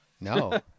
No